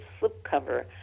slipcover